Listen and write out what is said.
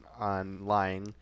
online –